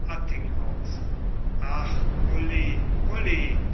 attinghausen ach